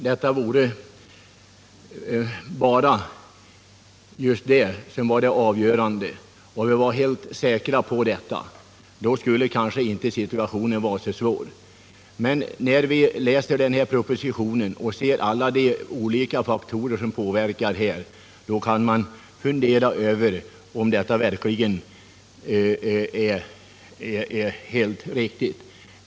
Herr talman! Om det bara vore just detta som var det avgörande skulle kanske inte situationen vara så svår. Men när man läser propositionen och ser alla de olika faktorer som påverkar frågan kan man inte vara säker på om reservationens förslag verkligen är helt riktigt.